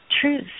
truth